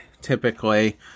typically